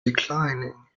declining